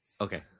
Okay